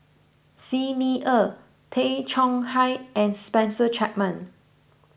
Xi Ni Er Tay Chong Hai and Spencer Chapman